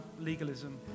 legalism